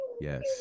yes